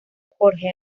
jorge